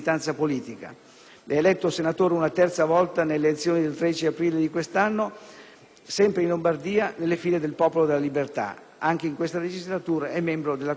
È eletto senatore una terza volta nelle elezioni del 13 e 14 aprile di quest'anno, sempre in Lombardia, nelle file del Popolo della Libertà. Anche in questa legislatura è membro della 13a Commissione permanente.